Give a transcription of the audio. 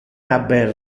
haber